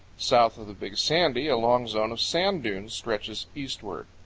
south of the big sandy a long zone of sand-dunes stretches eastward.